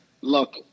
look